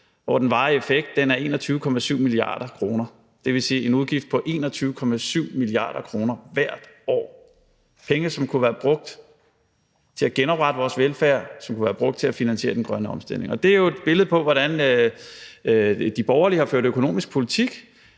hvor den varige effekt er 21,7 mia. kr., dvs. en udgift på 21,7 mia. kr. hvert år – penge, som kunne være brugt til at genoprette vores velfærd, og som kunne være brugt til at finansiere den grønne omstilling. Det er jo et billede på, hvordan de borgerlige har ført økonomisk politik: